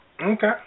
Okay